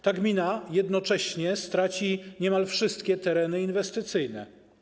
Ta gmina jednocześnie straci niemal wszystkie tereny inwestycyjne.